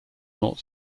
not